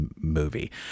movie